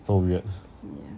so weird